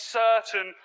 certain